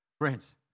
Friends